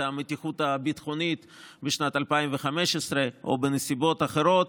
המתיחות הביטחונית בשנת 2015 או בנסיבות אחרות.